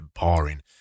boring